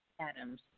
Adams